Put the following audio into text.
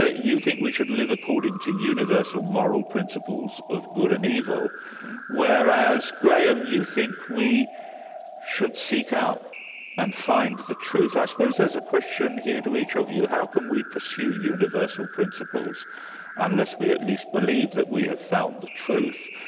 ah you think we should live according to universal moral principles of good and evil whereas graham, you think we should seek out and find the truth. i suppose there's a question here to each of you how can we pursue universal principles unless we at least believe that we have found the truth,